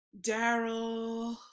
daryl